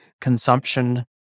consumption